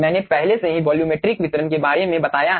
मैंने पहले से ही वॉल्यूमेट्रिक वितरण के बारे में बताया है